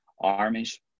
armies